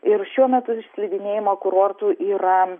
ir šiuo metu iš slidinėjimo kurortų yra